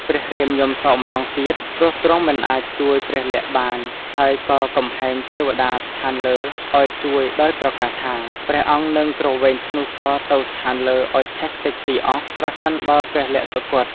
ព្រះរាមយំ សោកម្តងទៀត ព្រោះទ្រង់មិនអាចជួយព្រះលក្សណ៍បាន ហើយក៏កំហែងទេវតាស្ថានលើឱ្យ ជួយដោយប្រកាសថា ព្រះអង្គនឹងគ្រវែងធ្នូសរទៅស្ថានលើឱ្យឆេះខ្ទេចខ្ទីអស់ ប្រសិនបើព្រះលក្សណ៍សុគត។